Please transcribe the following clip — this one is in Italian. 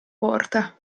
porta